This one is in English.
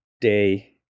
day